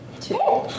Two